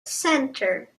center